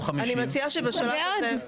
אני יושב עליהם היום.